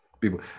people